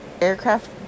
aircraft